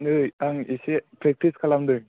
नै आं एसे प्रेक्टिस खालामदों